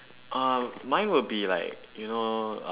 uh mine would be like you know uh